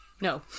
No